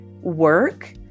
work